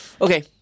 Okay